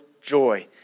joy